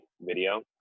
Video